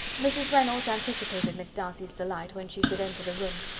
mrs. reynolds anticipated miss darcy's delight, when she should enter the room.